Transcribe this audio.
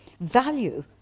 value